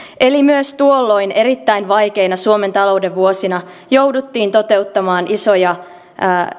eli myös tuolloin erittäin vaikeina suomen talouden vuosina jouduttiin toteuttamaan isoja